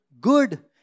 good